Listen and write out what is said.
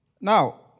Now